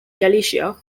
galicia